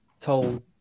told